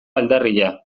aldarria